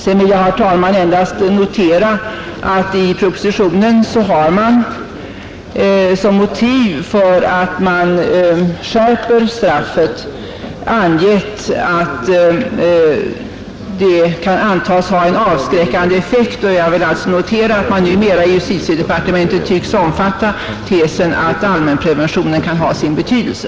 Sedan vill jag, herr talman, endast notera att propositionen som motiv för att skärpa straffet anger att det kan antas ha en avskräckande effekt. Man tycks alltså numera i justitiedepartementet omfatta tesen att allmänpreventionen kan ha sin betydelse.